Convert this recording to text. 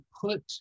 put